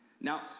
Now